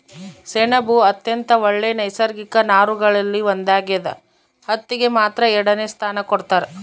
ಸೆಣಬು ಅತ್ಯಂತ ಒಳ್ಳೆ ನೈಸರ್ಗಿಕ ನಾರುಗಳಲ್ಲಿ ಒಂದಾಗ್ಯದ ಹತ್ತಿಗೆ ಮಾತ್ರ ಎರಡನೆ ಸ್ಥಾನ ಕೊಡ್ತಾರ